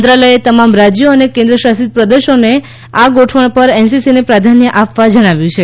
મંત્રાલયે તમામ રાજ્યો અને કેન્દ્રશાસિત પ્રદેશોને આ ગોઠવણ પર એનસીસીને પ્રાધાન્ય આપવા જણાવ્યું છે